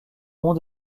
mont